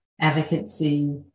advocacy